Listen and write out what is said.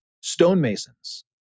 stonemasons